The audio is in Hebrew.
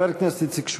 חבר הכנסת איציק שמולי,